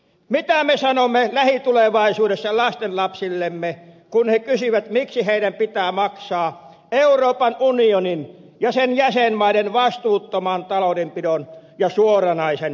mitä me sanomme lähitulevaisuudessa lastenlapsillemme kun he kysyvät miksi heidän pitää maksaa euroopan unionin ja sen jäsenmaiden vastuuttoman taloudenpidon ja suoranaisen valehtelun kustannukset